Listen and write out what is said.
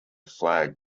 flag